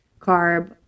carb